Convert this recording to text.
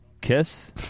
kiss